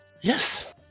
Yes